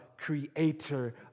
creator